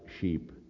sheep